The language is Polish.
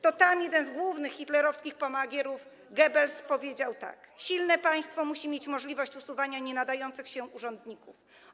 To tam jeden z głównych hitlerowskich pomagierów Goebbels powiedział tak: Silne państwo musi mieć możliwość usuwania nienadających się urzędników.